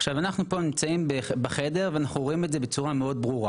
עכשיו אנחנו פה נמצאים בחדר ואנחנו רואים את זה בצורה מאוד ברורה